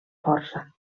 força